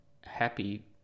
happy